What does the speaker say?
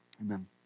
amen